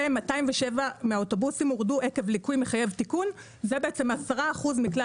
207 מהאוטובוסים הורדו עקב ליקוי מחייב תיקון 10% מכלל